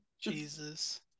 Jesus